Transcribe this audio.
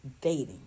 dating